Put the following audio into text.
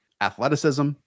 athleticism